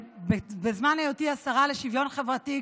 בזמן היותי השרה לשוויון חברתי,